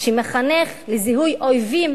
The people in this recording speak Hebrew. שמחנך לזיהוי אויבים.